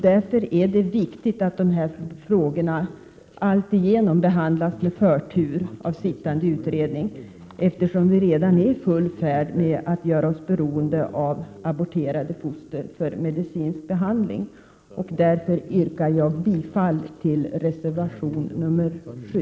Det är då viktigt att de här frågorna alltigenom behandlas med förtur av sittande utredning, eftersom vi redan är i full färd med att göra oss beroende av aborterade foster för medicinsk forskning. Därför yrkar jag bifall till reservation 7.